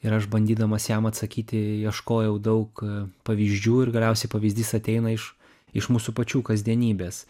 ir aš bandydamas jam atsakyti ieškojau daug pavyzdžių ir galiausiai pavyzdys ateina iš iš mūsų pačių kasdienybės